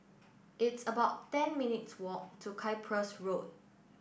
it's about ten minutes' walk to Cyprus Road